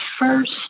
first